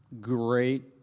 great